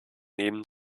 nehmen